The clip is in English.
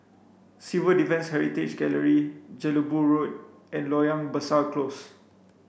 Civil Defence Heritage Gallery Jelebu Road and Loyang Besar Close